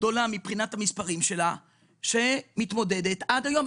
גדולה מבחינת המספרים שמתמודדת עם הפגיעות עד היום.